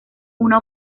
una